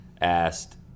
asked